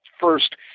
first